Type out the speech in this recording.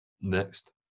next